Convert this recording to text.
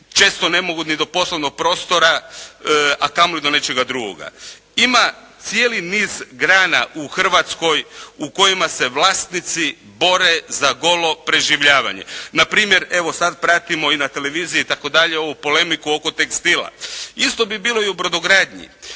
često ne mogu ni do poslovnog prostora, a kamoli do nečega drugoga. Ima cijeli niz grana u Hrvatskoj u kojima se vlasnici bore za golo preživljavanje. Na primjer, evo sad pratimo i na televiziji itd. ovu polemiku oko tekstila. Isto bi bilo i u brodogradnji